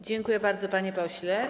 Dziękuję bardzo, panie pośle.